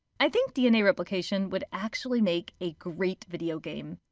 i think dna replication would actually make a great video game.